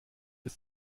ist